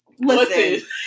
Listen